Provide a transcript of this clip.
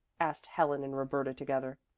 asked helen and roberta together.